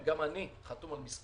אני אפנה גם כן,